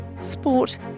sport